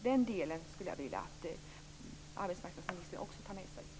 Den delen skulle jag också vilja att arbetsmarknadsministern tog med sig.